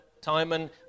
Timon